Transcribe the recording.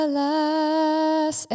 Alas